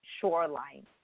shoreline